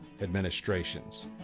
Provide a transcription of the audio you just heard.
administrations